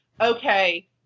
okay